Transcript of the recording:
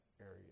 area